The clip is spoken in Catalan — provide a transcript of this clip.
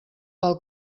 pel